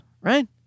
right